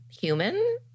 human